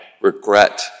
regret